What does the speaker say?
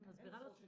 דברים